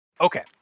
Okay